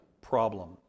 problem